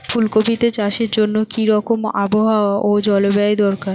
ফুল কপিতে চাষের জন্য কি রকম আবহাওয়া ও জলবায়ু দরকার?